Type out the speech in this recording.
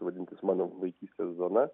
vadintis mano vaikystės zona